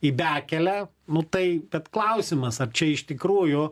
į bekelę nu tai bet klausimas ar čia iš tikrųjų